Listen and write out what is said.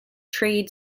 trade